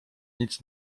nic